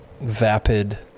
vapid